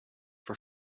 for